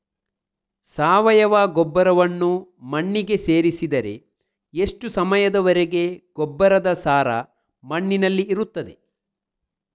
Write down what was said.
ಸಾವಯವ ಗೊಬ್ಬರವನ್ನು ಮಣ್ಣಿಗೆ ಸೇರಿಸಿದರೆ ಎಷ್ಟು ಸಮಯದ ವರೆಗೆ ಗೊಬ್ಬರದ ಸಾರ ಮಣ್ಣಿನಲ್ಲಿ ಇರುತ್ತದೆ?